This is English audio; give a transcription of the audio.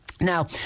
Now